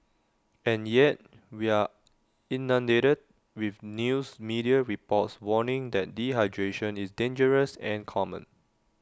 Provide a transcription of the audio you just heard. and yet we are inundated with news media reports warning that dehydration is dangerous and common